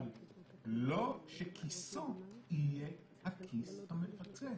אבל לא שכיסו יהיה הכיס המפצה.